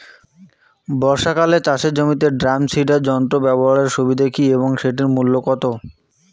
বর্ষাকালে চাষের জমিতে ড্রাম সিডার যন্ত্র ব্যবহারের সুবিধা কী এবং সেটির মূল্য কত?